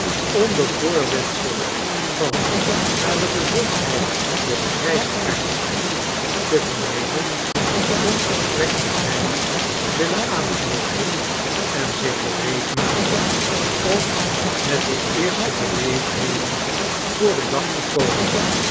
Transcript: onder voorwendsel van naar de gezondheid des grijsaards te vernemen een gesprek met nelly willen aanknoopen en zich gereedgemaakt om met de eerste beleefdheden voor den dag te komen